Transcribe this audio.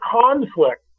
conflict